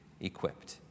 equipped